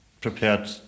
prepared